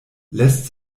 lässt